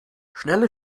schnelle